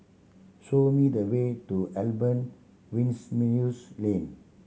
show me the way to Albert Winsemius Lane